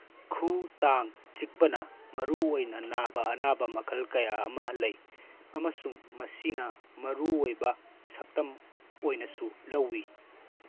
ꯈꯨꯎ ꯇꯥꯡ ꯆꯤꯛꯄꯅ ꯃꯔꯨ ꯑꯣꯏꯅ ꯅꯥꯕ ꯑꯅꯥꯕ ꯃꯈꯜ ꯀꯌꯥ ꯑꯃ ꯂꯩ ꯑꯃꯁꯨꯡ ꯃꯁꯤꯅ ꯃꯔꯨ ꯑꯣꯏꯕ ꯁꯛꯇꯝ ꯑꯣꯏꯅꯁꯨ ꯂꯧꯢ